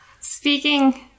Speaking